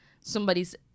somebody's